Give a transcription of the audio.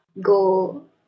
go